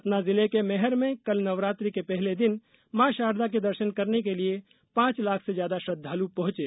सतना जिले के मैहर में कल नवरात्रि के पहले दिन मां शारदा के दर्शन करने के लिए पांच लाख से ज्यादा श्रद्धालु पहुंचे